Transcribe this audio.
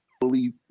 fully